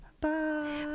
Bye